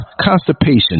constipation